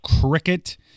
cricket